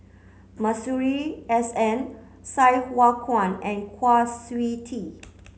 Masuri S N Sai Hua Kuan and Kwa Siew Tee